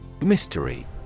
Mystery